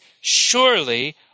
surely